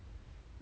um